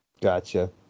gotcha